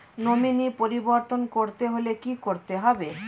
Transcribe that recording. Nominee পরিবর্তন করতে হলে কী করতে হবে?